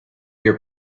your